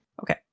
Okay